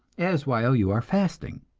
as while you are fasting.